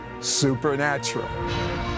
Supernatural